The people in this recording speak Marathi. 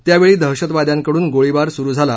त्यावेळी दहशतवाद्यांकडून गोळीबार सुरू झाला